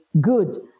good